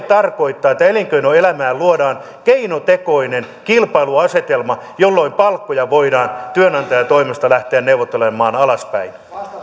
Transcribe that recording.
tarkoittaa että elinkeinoelämään luodaan keinotekoinen kilpailuasetelma jolloin palkkoja voidaan työnantajan toimesta lähteä neuvottelemaan alaspäin